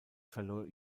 verlor